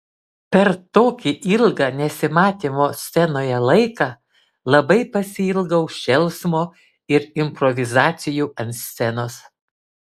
per tokį ilgą nesimatymo scenoje laiką labai pasiilgau šėlsmo ir improvizacijų ant scenos